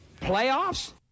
Playoffs